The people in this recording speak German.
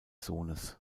sohnes